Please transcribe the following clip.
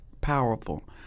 powerful